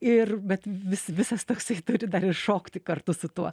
ir bet vis visas toksai turi dar ir šokti kartu su tuo